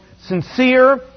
sincere